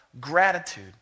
gratitude